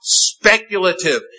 speculative